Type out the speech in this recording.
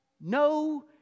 no